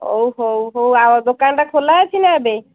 ହଉ ହଉ ହଉ ଆଉ ଦୋକାନଟା ଖୋଲା ଅଛି ନା ଏବେ